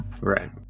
Right